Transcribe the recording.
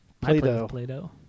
Play-Doh